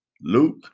Luke